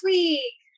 Week